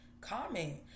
Comment